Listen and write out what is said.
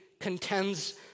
contends